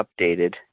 updated